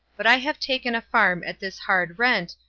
but i have taken a farm at this hard rent,